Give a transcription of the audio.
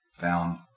found